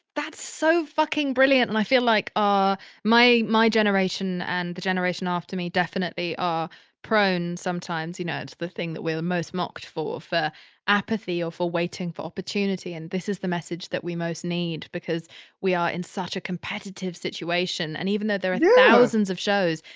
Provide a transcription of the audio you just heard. that's so fucking brilliant. and i feel like ah my, my generation and the generation after me definitely are prone sometimes, you know, to the thing that we're most mocked for, for apathy or for waiting for opportunity. and this is the message that we most need because we are in such a competitive situation. and even though there are thousands of shows,